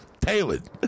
Tailored